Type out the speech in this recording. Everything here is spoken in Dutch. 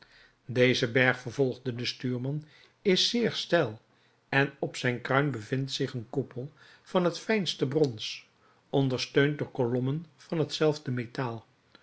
deze berg vervolgde de stuurman is zeer steil en op zijn kruin bevindt zich een koepel van het fijnste brons ondersteund door kolommen van hetzelfde metaal